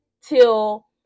till